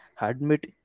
admit